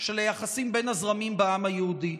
של היחסים בין הזרמים בעם היהודי.